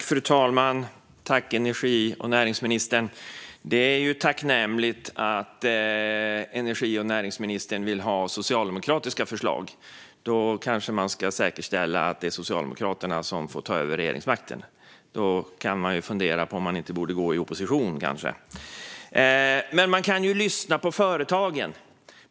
Fru talman! Det är tacknämligt att energi och näringsministern vill ha socialdemokratiska förslag. Då kanske man ska säkerställa att Socialdemokraterna får ta över regeringsmakten. Då kanske man kan fundera på om man inte borde gå i opposition. Man kan ju lyssna på företagen.